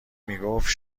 میگفت